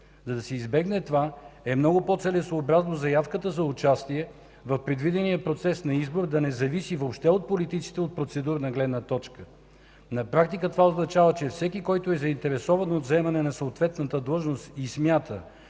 За да се избегне това, е много по-целесъобразно заявката за участие в предвидения процес на избор да не зависи въобще от политиците от процедурна гледна точка. На практика това означава, че всеки, който е заинтересован от заемане на съответната длъжност и смята,